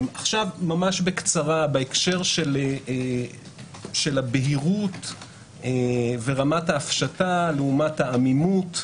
בהקשר של הבהירות ורמת ההפשטה לעומת העמימות,